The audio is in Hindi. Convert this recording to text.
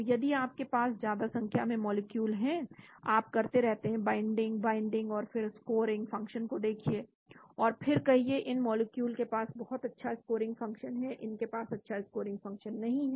तो यदि आपके पास ज्यादा संख्या में मॉलिक्यूल है आप करते रहते हैं बाइंडिंग बाइंडिंग और फिर स्कोरिंग फंक्शन को देखिए और फिर कहिए इन मॉलिक्यूल के पास बहुत अच्छा स्कोरिंग फंक्शन है इनके पास अच्छा स्कोरिंग फंक्शन नहीं है